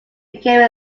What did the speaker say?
became